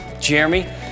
Jeremy